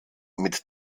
mit